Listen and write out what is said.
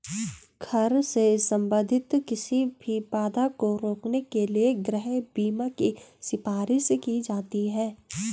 घर से संबंधित किसी भी बाधा को रोकने के लिए गृह बीमा की सिफारिश की जाती हैं